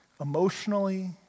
emotionally